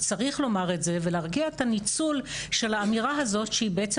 צריך לומר את זה ולהרגיע את הניצול של האמירה הזאת שהיא בעצם,